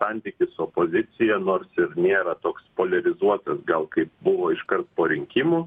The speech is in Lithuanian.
santykis su opozicija nors ir nėra toks poliarizuotas gal kaip buvo iškart po rinkimų